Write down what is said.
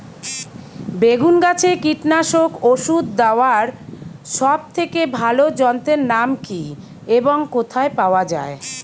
বেগুন গাছে কীটনাশক ওষুধ দেওয়ার সব থেকে ভালো যন্ত্রের নাম কি এবং কোথায় পাওয়া যায়?